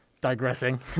digressing